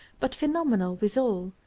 but phenomenal withal,